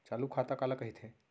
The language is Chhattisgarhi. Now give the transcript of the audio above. चालू खाता काला कहिथे?